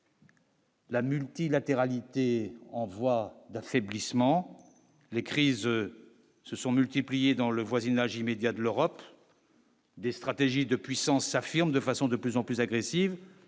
La multilatérale est en voie d'affaiblissement, les crises se sont multipliées dans le voisinage immédiat de l'Europe. Des stratégies de puissance affirme de façon de plus en plus agressive,